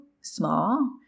small